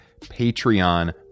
Patreon